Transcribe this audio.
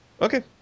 Okay